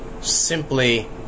simply